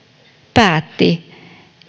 päätti